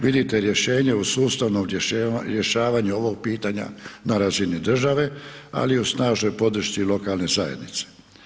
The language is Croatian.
Vidite rješenje u sustavnom rješavanju ovog pitanja na razini države, ali i u snažnoj podršci lokalne zajednice.